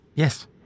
Yes